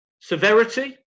severity